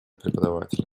преподаватели